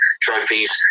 trophies